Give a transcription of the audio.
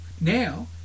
Now